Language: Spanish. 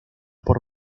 por